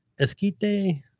esquite